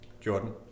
Jordan